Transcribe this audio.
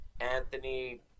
Anthony